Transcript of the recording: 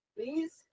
Please